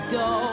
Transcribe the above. go